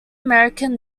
american